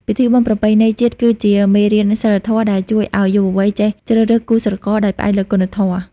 ពិធីបុណ្យប្រពៃណីជាតិគឺជា "មេរៀនសីលធម៌" ដែលជួយឱ្យយុវវ័យចេះជ្រើសរើសគូស្រករដោយផ្អែកលើគុណធម៌។